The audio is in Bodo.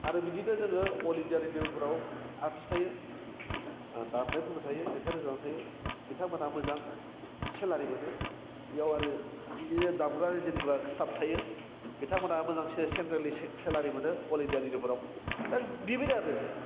आरो बिदिनो जोङो अल इण्डिया रेडिअफ्राव आर्टिस थायो दामनायफोरबो थायो मेथाइ रोजाबबाय थायो बिथांमोनहा मोजां सेलारि मोनो एयाव आरो इयो दाग्रा जोमग्रा स्टाप थायो बिथांमोनहा मोजां से सेन्ट्रेलनि से सेलारि मोनो अल इण्डिया रेडिअफ्राव दा बे बायदिनो आरो